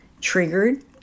triggered